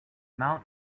mount